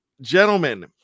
gentlemen